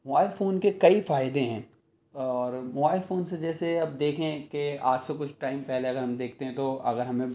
mobile phone کے کئی فائدہ ہیں اور موبائل فون سے جیسے اب دیکھیں کہ آج سے کچھ ٹائم پہلے اگر ہم دیکھتے ہیں تو اگر ہمیں